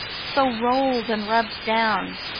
so rolled and rubbed down,